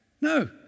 No